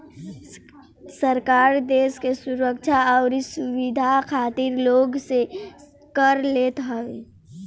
सरकार देस के सुरक्षा अउरी सुविधा खातिर लोग से कर लेत हवे